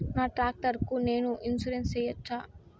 నా టాక్టర్ కు నేను ఇన్సూరెన్సు సేయొచ్చా?